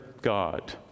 God